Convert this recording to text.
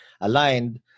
aligned